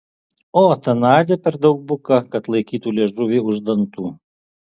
o ta nadia per daug buka kad laikytų liežuvį už dantų